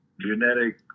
genetic